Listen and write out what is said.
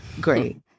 Great